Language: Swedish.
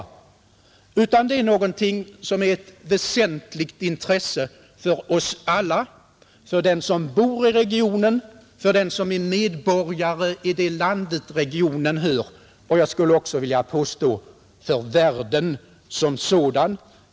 Detta är någonting av väsentligt intresse för oss alla — för den som bor i regionen, för den som är medborgare i det land dit regionen hör, och jag skulle också vilja påstå för världen som sådan.